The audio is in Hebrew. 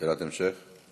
שאלת המשך.